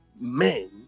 men